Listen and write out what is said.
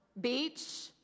beach